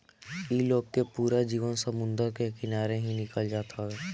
इ लोग के पूरा जीवन समुंदर के किनारे ही निकल जात हवे